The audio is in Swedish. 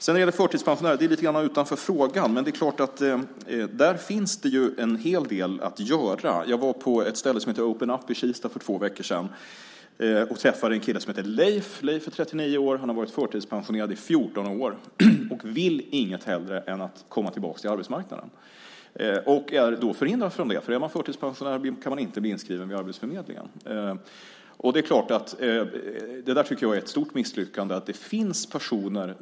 Detta med förtidspensionärer ligger kanske lite utanför frågan men det är klart att där finns det en hel del att göra. Jag var på ett ställe som heter Open up i Kista för två veckor sedan och träffade en kille som heter Leif. Leif är 39 år. Han har varit förtidspensionerad i 14 år och vill inget hellre än att komma tillbaka till arbetsmarknaden. Han är förhindrad från det, för är man förtidspensionär kan man inte bli inskriven vid arbetsförmedlingen. Jag tycker att det är ett stort misslyckande att det finns sådana personer.